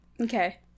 Okay